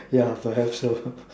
ya perhaps so